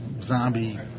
zombie